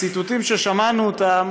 ציטוטים ששמענו אותם